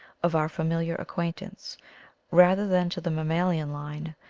of our fa miliar acquaintance rather than to the mam malian line,